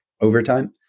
overtime